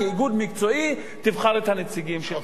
כאיגוד מקצועי תבחר את הנציגים שלך.